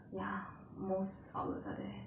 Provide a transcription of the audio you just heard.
ya most outlets are there